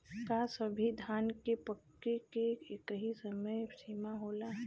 का सभी धान के पके के एकही समय सीमा होला?